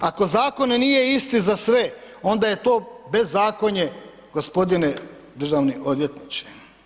Ako zakon nije isti za sve onda je to bezakonje, državni odvjetniče.